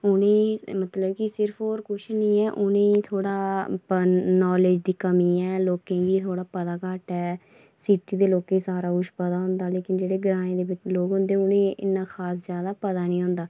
उ'नेंगी मतलब कि सिर्फ और किश नी ऐ उ'नेंगी थोह्ड़ा नॉलेज दी कमी ऐ लोकें गी थोह्ड़ा पता घट्ट ऐ सिटी दे लोकें गी सारा किश पता होंदा लेकिन जेह्ड़े ग्राएं दे बच्चे हुंदे उ'नेंगी बड़ा ज्यादा इन्ना पता नी होंदा